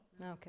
Okay